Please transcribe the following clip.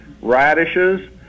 radishes